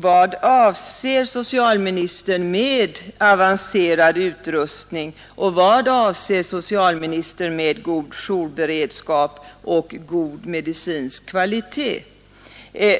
Vad avser socialministern med avancerad utrustning, god jourberedskap och god medicinsk kvalitet?